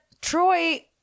Troy